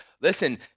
listen